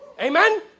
Amen